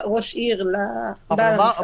צריך גם לשלוח ברכות לראש העירייה ולסגן ראש העירייה.